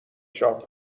شاپ